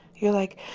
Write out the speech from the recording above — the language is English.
you're like,